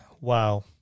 Wow